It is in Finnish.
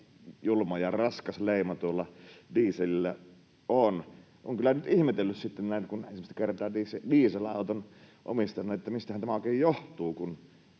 julma ja raskas leima tuolla dieselillä on. Olen kyllä ihmetellyt nyt ensimmäistä kertaa dieselauton omistajana, mistähän tämä oikein johtuu,